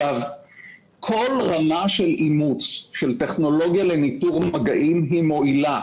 כל רמה של אימוץ של טכנולוגיה לניטור מגעים היא מועילה,